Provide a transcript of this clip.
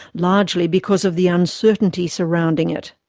largely because of the uncertainty surrounding it.